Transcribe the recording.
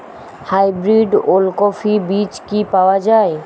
Hybrid ওলকফি বীজ কি পাওয়া য়ায়?